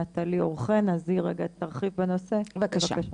נטלי אור חן, אז היא תרחיב בנושא בבקשה.